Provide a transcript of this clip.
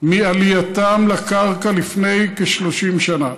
מעלייתם לקרקע לפני כ-30 שנה,